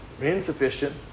insufficient